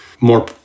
more